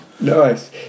Nice